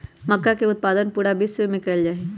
मक्का के उत्पादन पूरा विश्व में कइल जाहई